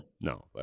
No